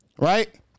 right